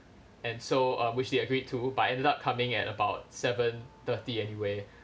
and so uh which they agreed to but I ended up coming at about seven thirty anyway